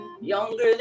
younger